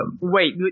Wait